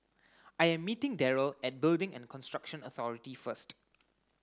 I am meeting Darryle at Building and Construction Authority first